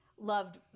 loved